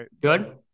good